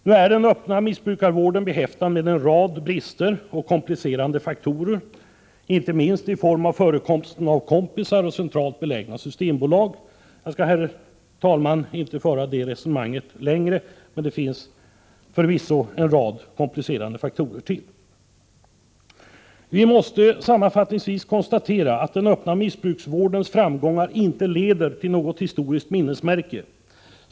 Nu är den öppna missbrukarvården behäftad med en rad brister och komplicerande faktorer, inte minst i form av förekomsten av ”kompisar” och centralt belägna systembolag. Jag skall, herr talman, inte föra det resonemanget längre, men det finns förvisso ytterligare en rad komplicerande faktorer. Vi måste sammanfattningsvis konstatera att den öppna missbrukarvårdens framgångar inte leder till något historiskt minnesmärke.